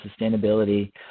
sustainability